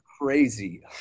Crazy